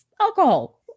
alcohol